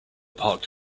parked